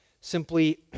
simply